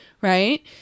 Right